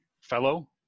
fellow